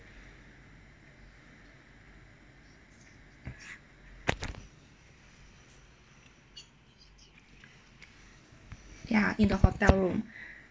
ya in the hotel room